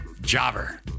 Jobber